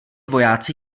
vojáci